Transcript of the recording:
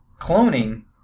cloning